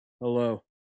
hello